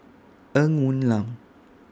Ng Woon Lam